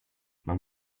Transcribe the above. man